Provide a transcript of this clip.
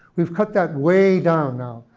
we've cut that way down now,